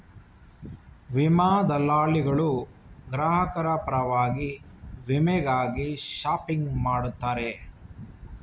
ವಿಮಾ ದಲ್ಲಾಳಿಗಳು ಗ್ರಾಹಕರ ಪರವಾಗಿ ವಿಮೆಗಾಗಿ ಶಾಪಿಂಗ್ ಮಾಡುತ್ತಾರೆ